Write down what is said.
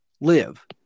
live